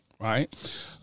right